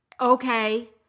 Okay